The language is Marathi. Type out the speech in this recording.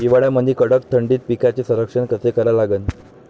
हिवाळ्यामंदी कडक थंडीत पिकाचे संरक्षण कसे करा लागन?